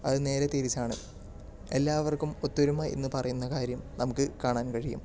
അത് നേരെ തിരിച്ചാണ് എല്ലാവർക്കും ഒത്തൊരുമ എന്ന് പറയുന്ന കാര്യം നമുക്ക് കാണാൻ കഴിയും